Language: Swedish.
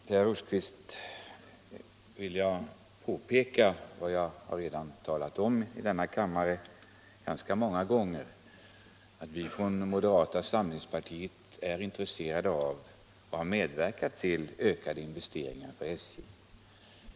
Herr talman! Jag vill påpeka för herr Rosqvist vad jag redan har talat om här i kammaren ganska många gånger, nämligen att vi i moderata samlingspartiet är intresserade av och har medverkat till ökade investeringar för SJ.